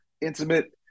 intimate